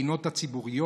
בגינות הציבוריות,